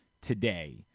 today